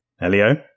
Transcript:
Elio